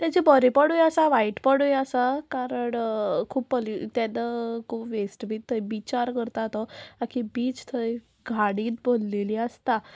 तेजी बोरेंपणूय आसा वायटपणूय आसा कारण खूब पोल्यू तेन्ना खूब वेस्ट बी थंय बिचार करता तो आखी बीच थंय घाणीत भरलेली आसता